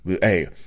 hey